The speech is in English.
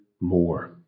more